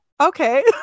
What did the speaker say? okay